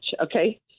okay